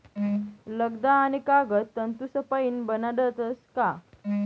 लगदा आणि कागद तंतूसपाईन बनाडतस का